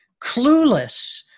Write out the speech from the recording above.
clueless